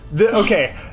Okay